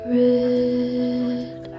red